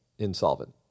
Insolvent